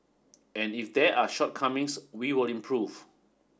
and if there are shortcomings we will improve